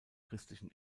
christlichen